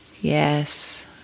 Yes